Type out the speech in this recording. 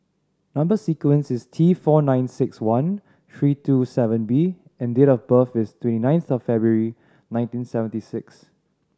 number sequence is T four nine six one three two seven B and date of birth is twenty ninth February nineteen seventy six